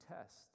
test